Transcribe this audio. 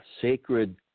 sacred